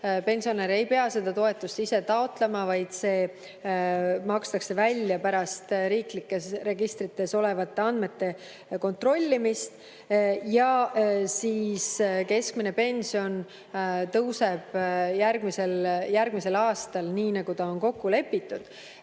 Pensionär ei pea seda toetust ise taotlema, vaid see makstakse välja pärast riiklikes registrites olevate andmete kontrollimist. Keskmine pension tõuseb järgmisel aastal, nii nagu on kokku lepitud. Oluline